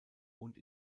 und